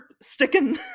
sticking